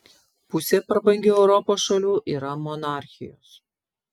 pusė prabangių europos šalių yra monarchijos